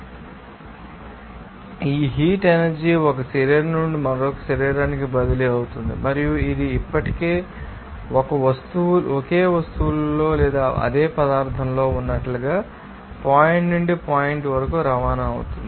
కాబట్టి ఈ heat energy ఒక శరీరం నుండి మరొక శరీరానికి బదిలీ అవుతోంది మరియు ఇది ఇప్పటికే ఒకే వస్తువులో లేదా అదే పదార్థంలో ఉన్నట్లుగా పాయింట్ నుండి పాయింట్ వరకు రవాణా అవుతుంది